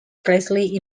presley